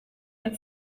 and